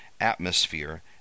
atmosphere